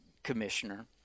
commissioner